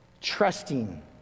trusting